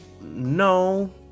No